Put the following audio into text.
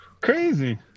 Crazy